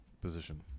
position